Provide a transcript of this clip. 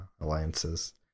alliances